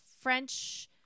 French